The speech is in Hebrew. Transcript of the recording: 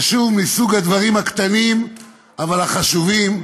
זה שוב מסוג הדברים הקטנים אבל החשובים,